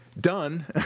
done